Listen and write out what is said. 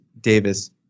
Davis